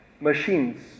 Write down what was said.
machines